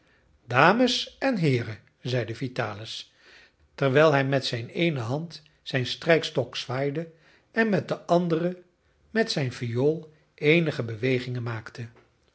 dames en heeren zeide vitalis terwijl hij met de eene hand zijn strijkstok zwaaide en met de andere met zijn viool eenige bewegingen maakte